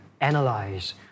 analyze